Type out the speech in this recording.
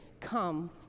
Come